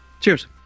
Cheers